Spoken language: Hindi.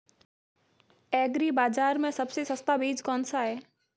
एग्री बाज़ार में सबसे सस्ता बीज कौनसा है?